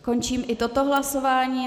Končím i toto hlasování.